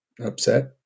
upset